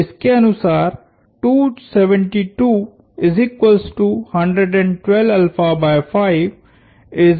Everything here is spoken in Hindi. तो इसके अनुसार है